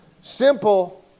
simple